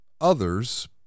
others